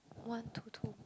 one to two